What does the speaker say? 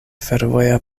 fervoja